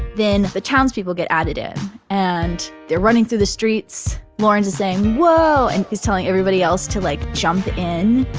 then the town's people get added in and they're running through the streets. laurens is saying, whoa. and he's telling everybody else to like jump in,